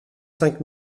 cinq